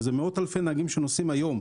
אלה מאות אלפי נהגים שנוסעים היום.